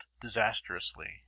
disastrously